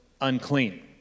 unclean